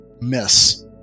miss